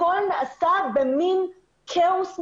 הכול נעשה במן כאוס מטורף.